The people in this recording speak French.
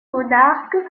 monarques